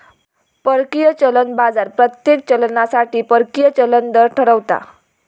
परकीय चलन बाजार प्रत्येक चलनासाठी परकीय चलन दर ठरवता